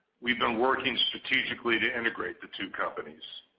we've been working strategically to integrate the two companies.